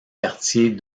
quartiers